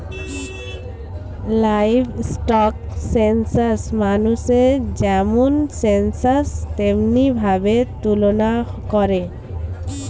livestock census মানুষের যেমন census তেমনি ভাবে তুলনা করে